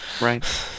Right